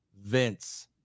Vince